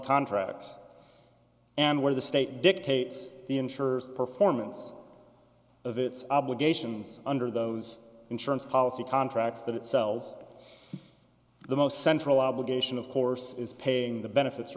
contracts and where the state dictates the insurers performance of its obligations under those insurance policy contracts that it sells the most central obligation of course is paying the benefits